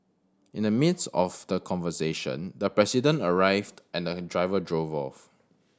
in the midst of the conversation the president arrived and the driver drove off